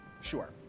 sure